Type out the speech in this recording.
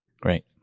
Great